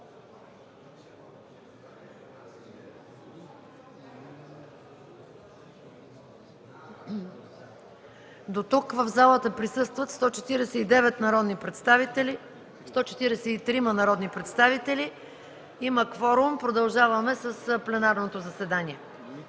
Дотук в залата присъстват 143 народни представители. Има кворум, продължаваме с пленарното заседание.